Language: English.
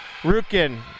Rukin